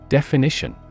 Definition